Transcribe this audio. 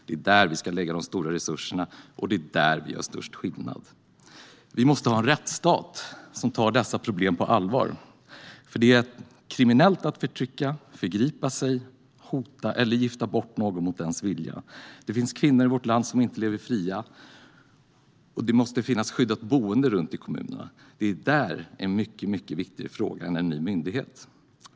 Det är där som vi ska lägga de stora resurserna och det är där som vi gör störst skillnad. Vi måste ha en rättsstat som tar dessa problem på allvar. Det är kriminellt att förtrycka, förgripa sig på, hota eller gifta bort någon mot den personens vilja. Det finns kvinnor i vårt land som inte lever fria. Det måste finnas skyddat boende i kommunerna. Det är en mycket viktigare fråga än en ny myndighet.